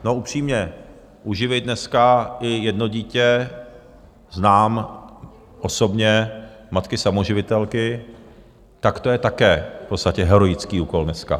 No, upřímně, uživit dneska i jedno dítě znám osobně matky samoživitelky tak to je také v podstatě heroický úkol dneska.